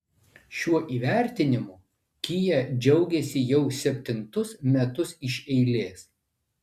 šiuo įvertinimu kia džiaugiasi jau septintus metus iš eilės